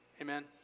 amen